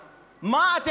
מה זה, ספרטה?